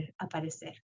aparecer